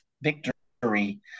victory